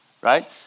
right